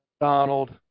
Donald